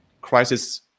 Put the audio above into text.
crisis